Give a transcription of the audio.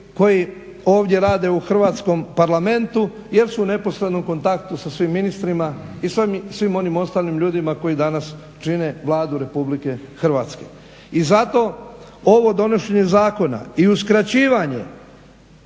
koji ovdje rade u Hrvatskom parlamentu jer su u neposrednom kontaktu sa svim ministrima i sa svim onim ljudima koji čine Vladu RH. I zato ovo donošenje zakona i uskraćivanje